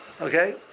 Okay